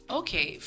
okay